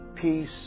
peace